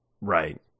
Right